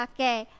Okay